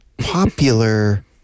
popular